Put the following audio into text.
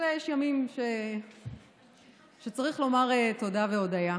יש ימים שצריך לומר תודה והודיה.